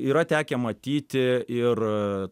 yra tekę matyti ir